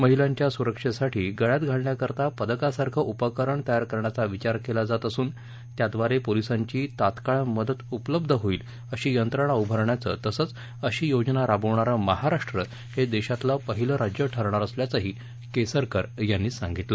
महिलांच्या सुरक्षेसाठी गळ्यात घालण्याकरता पदकासारखं उपकरण तयार करण्याचा विचार केला जात असून त्याद्वारे पोलिसांची तत्काळ मदत उपलब्ध होईल अशी यंत्रणा उभारण्याचं तसंच अशी योजना राबवणारं महाराष्ट्र हे देशातलं पहिलं राज्य ठरणार असल्याचंही केसरकर यांनी सांगितलं